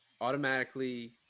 automatically